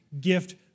gift